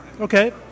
Okay